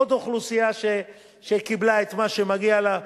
עוד אוכלוסייה שקיבלה את מה שמגיע לה.